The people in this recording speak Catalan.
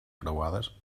croades